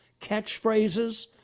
catchphrases